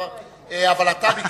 אני לא רופא,